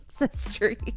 Ancestry